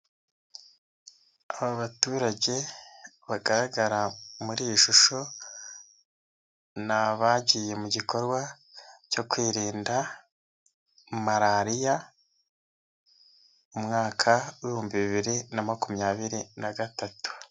Aba baturage bagaragara muri iyi shusho ni abagiye mu gikorwa cyo kwirinda Malariya, umwaka w'ibihumbi bibiri na makumyabiri na gatatu.